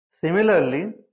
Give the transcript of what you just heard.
Similarly